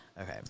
Okay